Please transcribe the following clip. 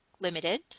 limited